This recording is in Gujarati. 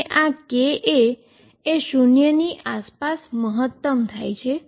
અને આ K એ 0 ની આસપાસ મહતમ થાય છે